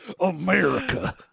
America